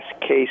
case